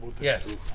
Yes